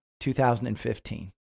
2015